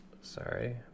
Sorry